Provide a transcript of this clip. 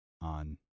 on